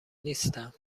نیستم